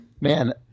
Man